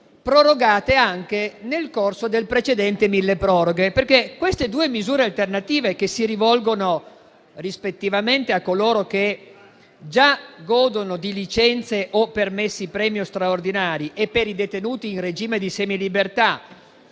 prorogate anche in occasione del precedente decreto milleproroghe. Queste due misure alternative si rivolgono rispettivamente a coloro che già godono di licenze o permessi premio straordinari e ai detenuti in regime di semilibertà